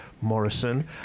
Morrison